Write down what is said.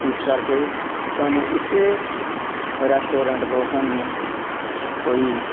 ਇਸ ਕਰਕੇ ਸਾਨੂੰ ਇਸ ਰੈਸਟੋਰੈਂਟ ਤੋਂ ਸਾਨੂੰ ਕੋਈ